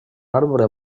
arbre